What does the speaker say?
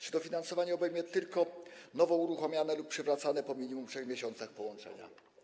Czy dofinansowanie obejmie tylko nowo uruchamiane lub przywracane po minimum 3 miesiącach połączenia?